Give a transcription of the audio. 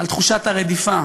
על תחושת הרדיפה,